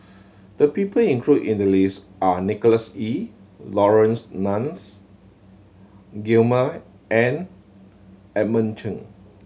the people include in the list are Nicholas Ee Laurence Nunns Guillemard and Edmund Cheng